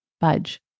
budge